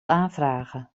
aanvragen